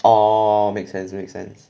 orh make sense make sense